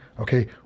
Okay